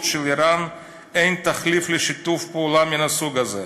של איראן אין תחליף לשיתוף פעולה מן הסוג הזה.